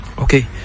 Okay